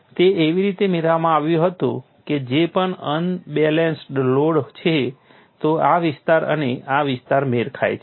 તે એવી રીતે મેળવવામાં આવ્યું હતું કે જે પણ અનબેલેન્સ્ડ લોડ છે તો આ વિસ્તાર અને આ વિસ્તાર મેળ ખાય છે